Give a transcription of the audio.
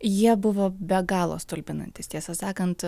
jie buvo be galo stulbinantys tiesą sakant